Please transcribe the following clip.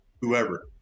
whoever